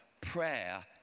prayer